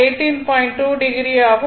2o ஆகும்